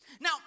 Now